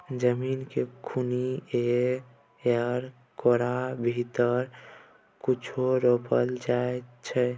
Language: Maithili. जमीन केँ खुनि कए कय ओकरा भीतरी कुछो रोपल जाइ छै